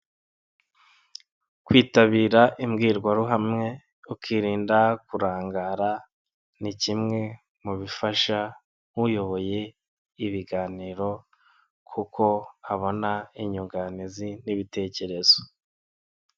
Kwitabira imbwirwaruhame ukirinda kurangara ni kimwe mu bifasha nk'uyoboye ibiganiro kuko abona inyunganizi n'ibitekerezo.